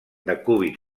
decúbit